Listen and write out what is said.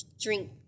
drink